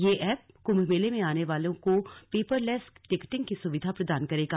यह एप कुंभ मेले में आने वालों को पेपरलेस टिकटिंग की सुविधा प्रदान करेगा